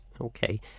Okay